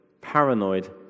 paranoid